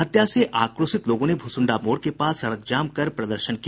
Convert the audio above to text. हत्या से आक्रोशित लोगों ने भुसुंडा मोड़ के पास सड़क जाम कर प्रदर्शन किया